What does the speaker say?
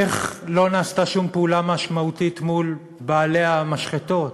איך לא נעשתה שום פעולה משמעותית מול בעלי המשחטות,